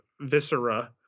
Viscera